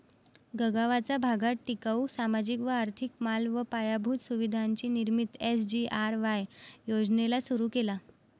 गगावाचा भागात टिकाऊ, सामाजिक व आर्थिक माल व पायाभूत सुविधांची निर्मिती एस.जी.आर.वाय योजनेला सुरु केला